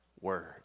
word